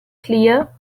clear